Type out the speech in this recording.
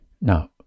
now